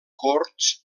corts